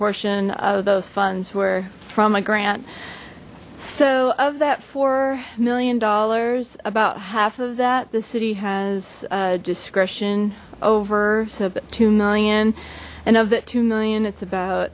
portion of those funds were from a grant so of that four million dollars about half of that the city has discretion over two million and of that two million it's